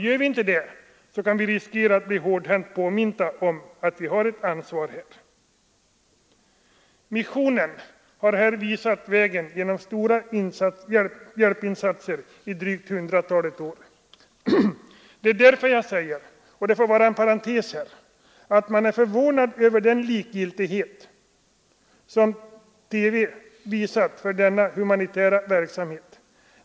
Gör vi inte det, kan vi riskera att bli hårdhänt påminta om detta ansvar. Missionen har här visat vägen genom stora hjälpinsatser i drygt hundratalet år. Man är därför — jag säger det som en parentes — förvånad över den likgiltighet som TV visat för denna humanitära verksamhet.